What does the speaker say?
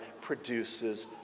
produces